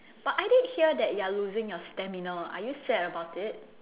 but I did hear that you are losing your stamina are you sad about it